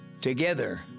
Together